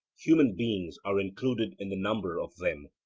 human beings are included in the number of them.